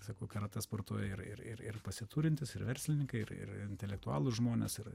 sakau karatė sportuoja ir ir ir ir pasiturintys ir verslininkai ir ir intelektualūs žmonės yra